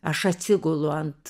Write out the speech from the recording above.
aš atsigulu ant